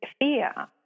fear